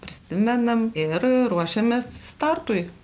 prisimenam ir ruošiamės startui